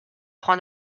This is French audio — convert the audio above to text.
prend